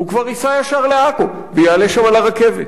הוא כבר ייסע ישר לעכו ויעלה שם על הרכבת.